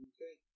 Okay